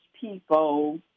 people